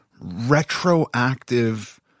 retroactive